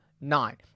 nine